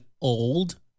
old